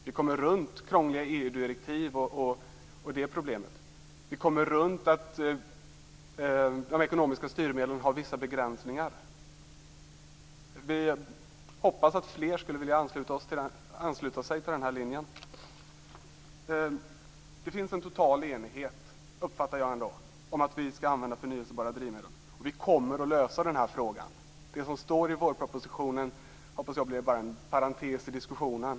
Vi kommer runt krångliga EU-direktiv och det problemet. Vi kommer runt att de ekonomiska styrmedlen har vissa begränsningar. Vi hoppas att fler skall vilja ansluta sig till den här linjen. Det finns en total enighet, det uppfattar jag ändå, för att vi skall använda förnybara drivmedel. Och vi kommer att lösa den här frågan. Det som står i vårpropositionen hoppas jag bara blir en parentes i diskussionen.